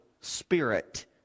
Spirit